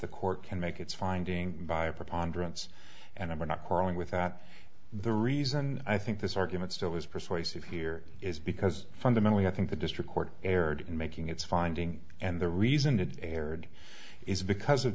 the court can make its finding by a preponderance and i were not quarreling with that the reason i think this argument still is persuasive here is because fundamentally i think the district court erred in making its finding and the reason it erred is because of